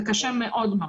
זה קשה מאוד מאוד,